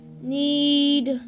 need